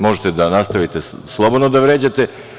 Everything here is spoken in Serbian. Možete da nastavite slobodno da vređate.